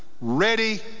ready